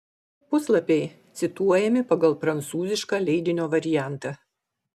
puslapiai cituojami pagal prancūzišką leidinio variantą